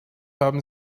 haben